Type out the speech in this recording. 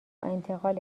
انتقال